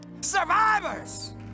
survivors